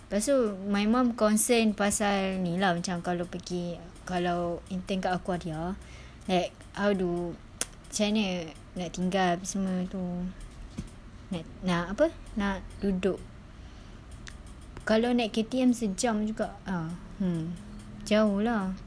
pastu my mum concern pasal ni lah macam kalau pergi kalau intern kat aquaria like how do camne nak tinggal semua tu nak apa nak duduk kalau naik K_T_M sejam juga ah mm jauh lah